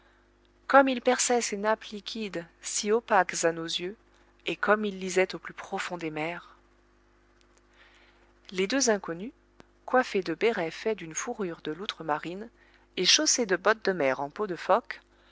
comme il perçait ces nappes liquides si opaques à nos yeux et comme il lisait au plus profond des mers les deux inconnus coiffés de bérets faits d'une fourrure de loutre marine et chaussés de bottes de mer en peau de phoque